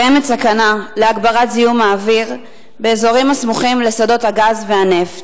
קיימת סכנה להגברת זיהום האוויר באזורים הסמוכים לשדות הגז והנפט.